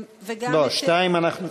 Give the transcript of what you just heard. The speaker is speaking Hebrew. לא, 2 הצבענו.